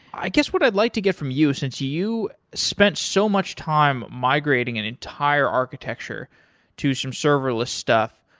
i guess what i'd like to get from you, since you spent so much time migrating an entire architecture to some serverless stuff,